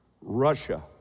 Russia